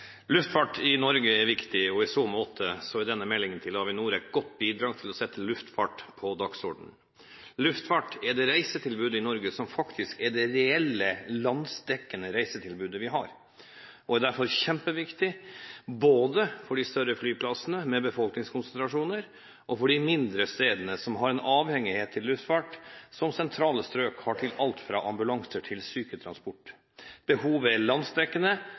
Luftfart i Norge er viktig, og i så måte er denne meldingen om Avinor et godt bidrag til å sette luftfart på dagsordenen. Luftfarten gir det reisetilbudet i Norge som faktisk er det reelt landsdekkende reisetilbudet vi har. Det er derfor kjempeviktig både for de større flyplassene – med befolkningskonsentrasjoner – og for de mindre stedene, som har en avhengighet til luftfart, på samme måte som sentrale strøk, til alt fra ambulanser til syketransport. Behovet er